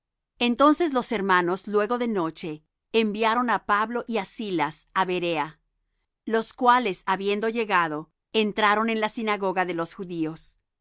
entonces los hermanos luego de noche enviaron á pablo y á silas á berea los cuales habiendo llegado entraron en la sinagoga de los judíos